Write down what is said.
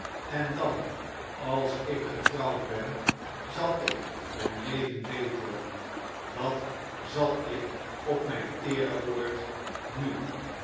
en dan als ik getrouwd ben zal ik mijn leven beteren dat zal ik op mijn eerewoord nu